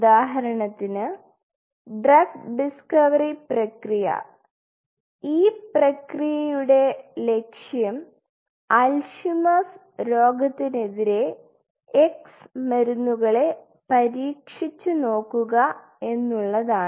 ഉദാഹരണത്തിന് drug discovery പ്രക്രിയ ഈ പ്രക്രിയയുടെ ലക്ഷ്യം അൽഷിമേഴ്സ്Alzheimer's രോഗത്തിനെതിരെ x മരുന്നുകളെ പരീക്ഷിച്ചു നോക്കുക എന്നുള്ളതാണ്